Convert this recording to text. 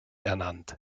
ernannt